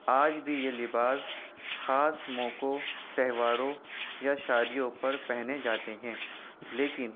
آج بھی یہ لباس خاص موقعوں تہواروں یا شادیوں پر پہنے جاتے ہیں لیکن